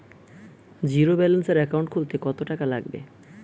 জিরোব্যেলেন্সের একাউন্ট খুলতে কত টাকা লাগবে?